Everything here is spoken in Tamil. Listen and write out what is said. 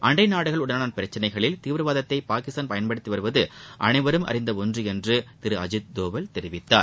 அண்டை நாடுகளுடனான பிரச்சினைகளில் தீவிரவாதத்தை பாகிஸ்தான் பயன்படுத்தி வருவது அனைவரும் அறிந்த ஒன்று என்று திரு அஜித் தோவல் தெரிவித்தார்